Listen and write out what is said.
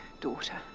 daughter